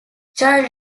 child